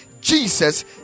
Jesus